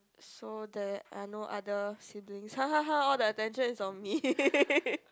so there are no other siblings hahaha all the attention is on me